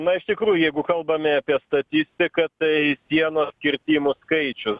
na iš tikrųjų jeigu kalbame apie statistiką tai sienos kirtimų skaičius